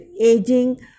aging